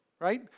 right